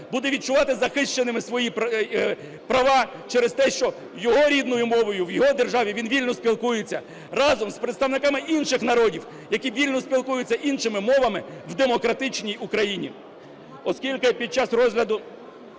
буде відчувати захищеними свої права через те, що його рідною мовою в його державі він вільно спілкується разом з представниками інших народів, які вільно спілкуються іншими мовами в демократичній Україні. Оскільки під час розгляду